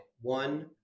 One